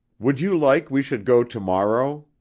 would you like we should go tomorrow,